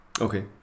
Okay